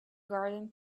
garden